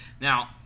Now